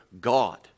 God